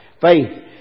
Faith